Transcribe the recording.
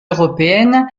européennes